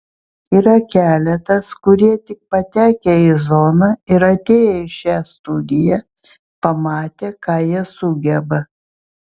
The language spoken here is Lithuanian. yra keletas kurie tik patekę į zoną ir atėję į šią studiją pamatė ką jie sugeba